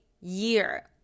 year